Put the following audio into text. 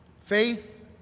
Faith